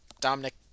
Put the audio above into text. Dominic